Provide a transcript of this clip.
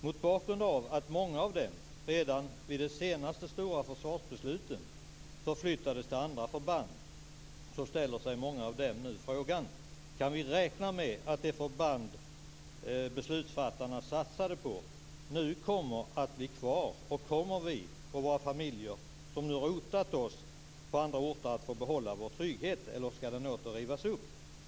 Mot bakgrund av att många av dem redan vid senaste stora försvarsbeslut förflyttades till andra förband ställer sig många av de här människorna nu frågan: Kan vi räkna med att de förband som beslutsfattarna satsade på nu blir kvar, och kommer vi och våra familjer som nu har rotat oss på andra orter att få behålla vår trygghet eller ska den åter rivas upp?